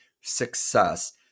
success